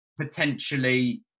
potentially